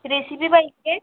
recipe पाहिजे